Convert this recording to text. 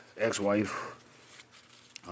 ex-wife